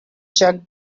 checked